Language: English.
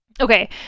Okay